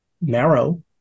marrow